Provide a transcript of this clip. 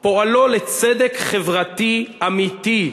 פועלו לצדק חברתי אמיתי,